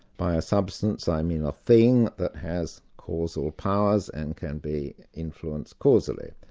by a substance i mean a thing that has causal powers and can be influenced causally.